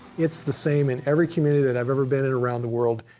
it's the same in every community that i have ever been in around the world.